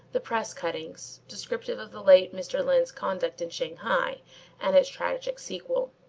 the press cuttings, descriptive of the late mr. lyne's conduct in shanghai and its tragic sequel.